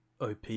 op